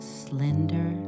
slender